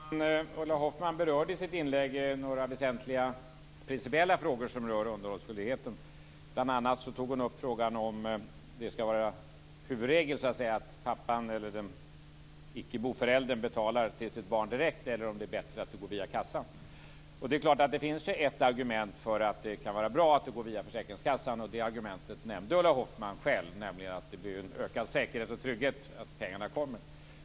Herr talman! Ulla Hoffmann berörde i sitt inlägg några väsentliga principiella frågor som rör underhållsskyldigheten. Bl.a. tog hon upp frågan om det skall vara huvudregel att pappan, eller den förälder som inte bor med barnet, betalar sitt barn direkt eller om det är bättre att det går via försäkringskassan. Det är klart att det finns ett argument för att det är bra att det går via försäkringskassan. Det argumentet nämnde Ulla Hoffmann själv: det innebär en ökad säkerhet och trygghet i fråga om att pengarna kommer.